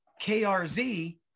KRZ